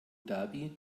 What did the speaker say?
dhabi